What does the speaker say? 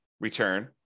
return